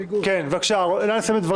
נא סיים את דבריך.